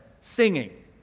singing